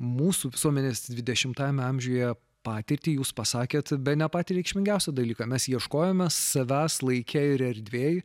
mūsų visuomenės dvidešimtajame amžiuje patirtį jūs pasakėt bene patį reikšmingiausią dalyką mes ieškojome savęs laike ir erdvėje